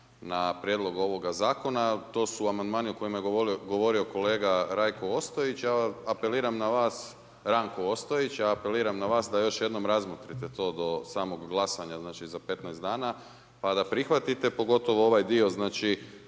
na prijedlog ovoga zakona. To su amandmani o kojima je govorio kolega Ranko Ostojić. Ja apeliram na vas da još jednom razmotrite to do samog glasanja, znači za 15 dana pa da prihvatite pogotovo ovaj dio znači